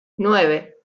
nueve